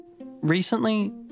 Recently